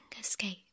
escape